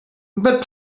but